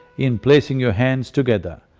in placing your hands together,